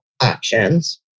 options